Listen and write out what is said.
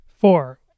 Four